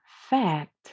fact